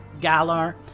Galar